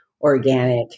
organic